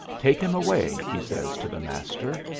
take him away, he says to the master,